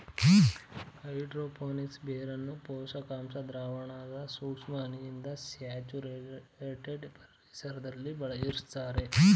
hydro phonics ಬೇರನ್ನು ಪೋಷಕಾಂಶ ದ್ರಾವಣದ ಸೂಕ್ಷ್ಮ ಹನಿಯಿಂದ ಸ್ಯಾಚುರೇಟೆಡ್ ಪರಿಸರ್ದಲ್ಲಿ ಇರುಸ್ತರೆ